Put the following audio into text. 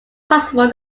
possible